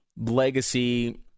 legacy